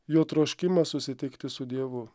jo troškimą susitikti su dievu